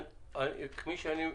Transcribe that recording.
תסלחו לי,